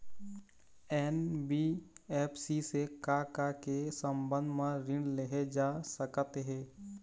NBFC से का का के संबंध म ऋण लेहे जा सकत हे?